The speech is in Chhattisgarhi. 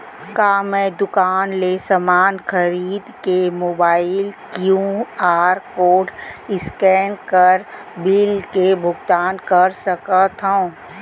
का मैं दुकान ले समान खरीद के मोबाइल क्यू.आर कोड स्कैन कर बिल के भुगतान कर सकथव?